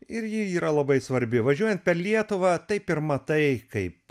ir ji yra labai svarbi važiuojant per lietuvą taip ir matai kaip